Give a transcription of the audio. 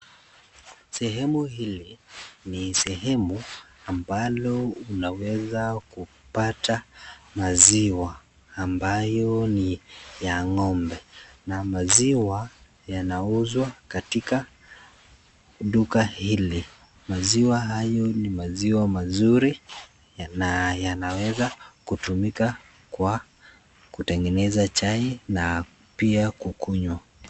Sehemu hili ni sehemu ambalo unaweza kupata maziwa ambayo ni ya ngombe na maziwa yanauzwa katika duka hili. Maziwa hayo ni maziwa mazuri yanaweza kutumika kwa kutengeneza chai na pia kukunywa.